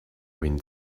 wind